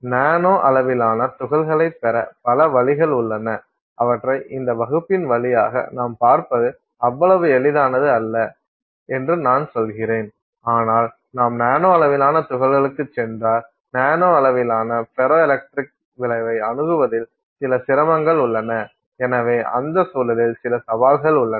நானோ அளவிலான துகள்களைப் பெற பல வழிகள் உள்ளன அவற்றை இந்த வகுப்பின் வழியாக நாம் பார்ப்பது அவ்வளவு எளிதானது அல்ல என்று நான் சொல்கிறேன் ஆனால் நாம் நானோ அளவிலான துகள்களுக்குச் சென்றால் நானோ அளவிலான ஃபெரோ எலக்ட்ரிக் விளைவை அணுகுவதில் சில சிரமங்கள் உள்ளன எனவே அந்த சூழலில் சில சவால்கள் உள்ளன